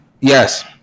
Yes